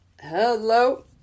Hello